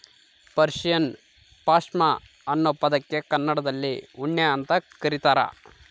Persian ಪಾಷ್ಮಾ ಅನ್ನೋ ಪದಕ್ಕೆ ಕನ್ನಡದಲ್ಲಿ ಉಣ್ಣೆ ಅಂತ ಕರೀತಾರ